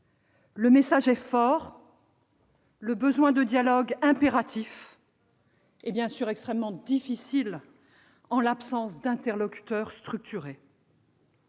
Le message est fort, le besoin de dialogue impératif, mais extrêmement difficile en l'absence d'interlocuteurs structurés.